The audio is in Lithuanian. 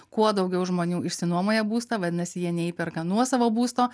kuo daugiau žmonių išsinuomoja būstą vadinasi jie neįperka nuosavo būsto